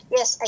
Yes